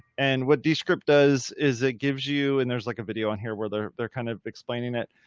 and what the script does is it gives you, and there's like a video on here where they're, they're kind of explaining it,